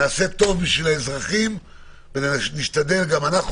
נעשה טוב לאזרחים ונשתדל גם אנחנו,